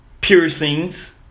piercings